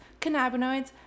cannabinoids